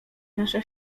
nasza